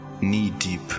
knee-deep